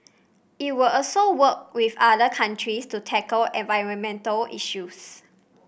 it will also work with other countries to tackle environmental issues